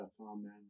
Amen